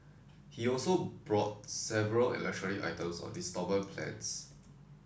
he also brought several electronic items on instalment plans